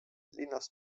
linnast